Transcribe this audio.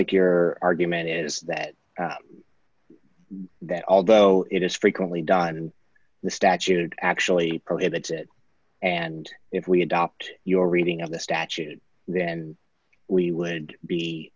like your argument is that that although it is frequently done and the statute actually prohibits it and if we adopt your reading of the statute it then we would be